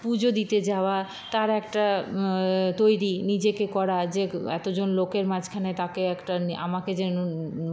পুজো দিতে যাওয়া তার একটা তৈরি নিজেকে করা যে এতজন লোকের মাঝখানে তাকে একটা আমাকে যে